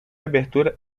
abertura